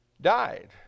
died